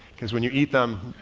cause when you eat them,